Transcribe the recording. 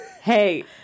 Hey